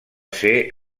ser